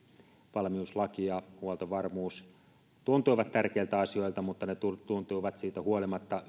valmiuslaki ja huoltovarmuus tuntuivat tärkeiltä asioilta mutta ne tuntuivat siitä huolimatta